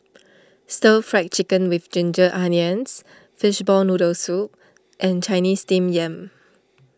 Stir Fried Chicken with Ginger Onions Fishball Noodle Soup and Chinese Steamed Yam